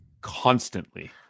constantly